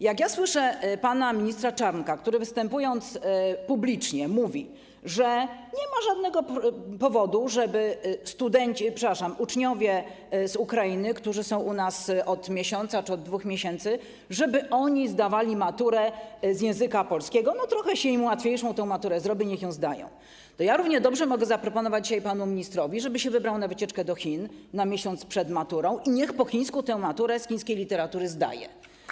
Jak słyszę pana ministra Czarnka, który występując publicznie, mówi, że nie ma żadnego powodu, żeby uczniowie z Ukrainy, którzy są u nas od miesiąca czy od 2 miesięcy, zdawali maturę z języka polskiego - no, trochę łatwiejszą tę maturę się im zrobi, niech ją zdają - to ja równie dobrze mogę zaproponować dzisiaj panu ministrowi, żeby się wybrał na wycieczkę do Chin na miesiąc przed maturą i niech po chińsku maturę z chińskiej literatury zdaje.